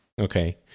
Okay